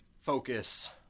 focus